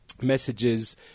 messages